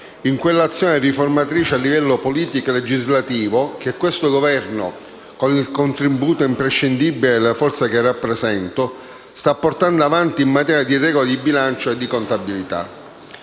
in quell'azione riformatrice a livello politico e legislativo che questo Governo, con il contributo imprescindibile della forza che rappresento, sta portando avanti in materia di regole di bilancio e contabilità.